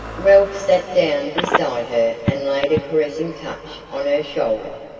ralph sat down beside her and laid a caressing touch on her shoulder.